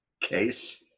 case